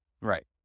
Right